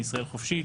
ישראל חופשית